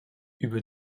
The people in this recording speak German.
über